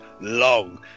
long